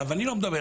אני לא אומר,